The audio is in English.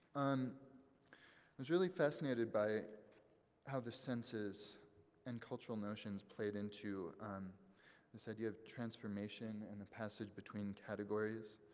um was really fascinated by how the senses and cultural notions played into um this idea of transformation and a passage between categories.